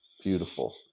Beautiful